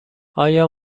آیا